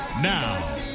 Now